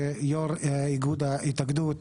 יו"ר איגוד ההתאגדות,